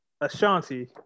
Ashanti